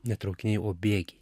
ne traukiniai o bėgiai